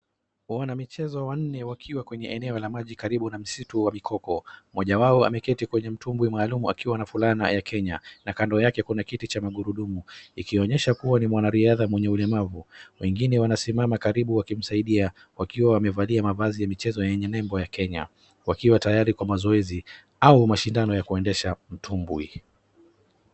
Wanamichezo wanne wakiwa kwenye maji karibu na msitu wa mikubo, mmoja wao ameketi kwenye mtungi maalum akiwa na fulana ya Kenya na kando yake kuna kiti cha magurudumu, ikionyesha kuwa ni mwanariadha mwenye ulemavu, wengine wanasimama karibu wakimsaidia, wakiwa wamevalia mavazi ya michezo yenye nembo ya Kenya, wakiwa tayari kwa mazoezi au mashindano ya kuendesha matumbwi.